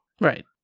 Right